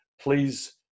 please